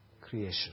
creation